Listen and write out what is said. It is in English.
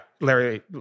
Larry